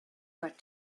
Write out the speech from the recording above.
got